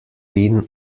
tin